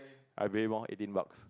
I pay him loh eighteen bucks